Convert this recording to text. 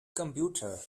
computer